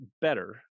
better